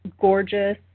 gorgeous